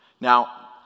Now